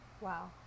Wow